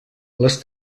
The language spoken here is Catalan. les